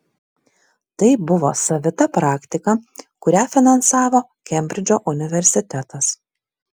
tai buvo savita praktika kurią finansavo kembridžo universitetas